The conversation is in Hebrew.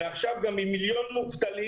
ועכשיו עם מיליון מובטלים,